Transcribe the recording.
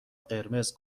قرمز